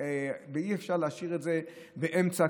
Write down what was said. ואי-אפשר להשאיר את זה באמצע,